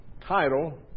title